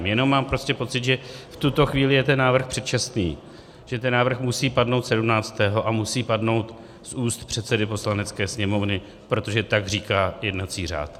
Jenom mám prostě pocit, že v tuto chvíli je ten návrh předčasný, že ten návrh musí padnout 17. 12. a musí padnout z úst předsedy Poslanecké sněmovny, protože tak říká jednací řád.